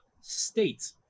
state